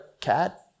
cat